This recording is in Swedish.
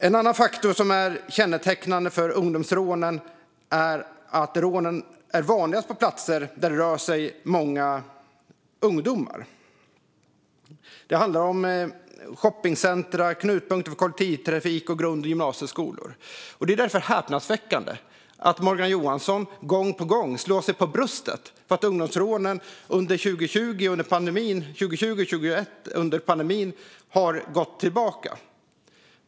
En annan faktor som är kännetecknande för ungdomsrånen är att rånen är vanligast på platser där det rör sig många ungdomar. Det handlar om shoppingcentrum, knutpunkter för kollektivtrafik och grund och gymnasieskolor. Det är därför häpnadsväckande att Morgan Johansson gång på gång slår sig för bröstet för att ungdomsrånen under 2020 och 2021, under pandemin, har gått tillbaka.